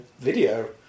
video